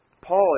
Paul